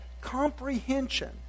comprehension